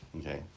Okay